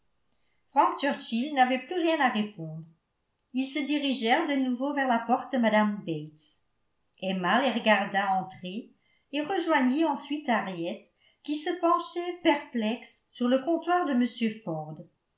churchill n'avait plus rien à répondre ils se dirigèrent de nouveau vers la porte de mme bates emma les regarda entrer et rejoignit ensuite henriette qui se penchait perplexe sur le comptoir de m ford